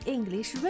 English